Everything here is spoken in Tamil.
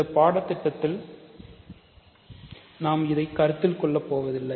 இந்த பாடத்திட்டத்தில் நாம் இதை கருத்தில் கொள்ளப்போவதில்லை